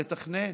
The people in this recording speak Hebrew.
לתכנן.